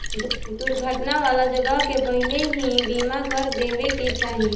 दुर्घटना वाला जगह के पहिलही बीमा कर देवे के चाही